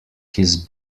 his